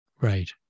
Right